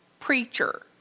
preacher